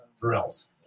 drills